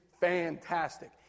fantastic